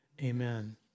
amen